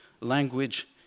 language